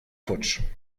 futsch